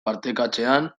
partekatzean